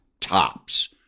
tops